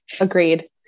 Agreed